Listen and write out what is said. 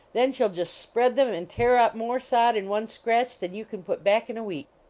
then she ll just spread them and tear up more sod in one scratch than you can put back in a week.